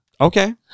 okay